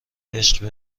عشق